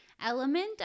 element